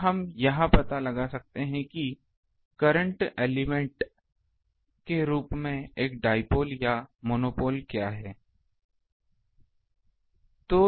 अब हम यह पता लगा सकते हैं कि करंट एलिमेंट के रूप में एक डाइपोल या मोनोपोल क्या है